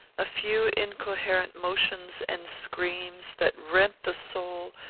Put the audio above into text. a few incoherent motions and screams, that rent the soul,